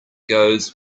goes